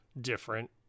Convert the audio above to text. different